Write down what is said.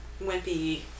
wimpy